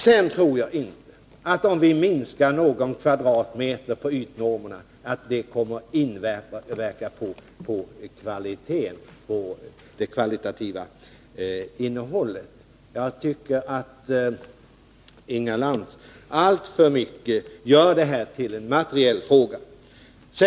Jag tror inte att om vi minskar några kvadratmeter på ytnormerna detta kommer att inverka på det kvalitativa innehållet. Jag tycker att Inga Lantz alltför mycket gör detta till en materiell fråga.